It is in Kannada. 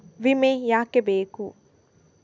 ವಿಮೆ ಯಾಕೆ ಬೇಕು?